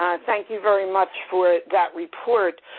thank you very much for that report.